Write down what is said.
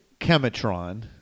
Chematron